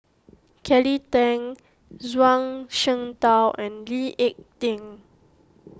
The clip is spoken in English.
Kelly Tang Zhuang Shengtao and Lee Ek Tieng